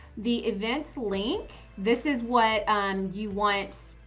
the events link, this is what you want.